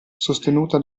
sostenuta